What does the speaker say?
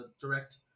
direct